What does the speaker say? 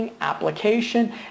application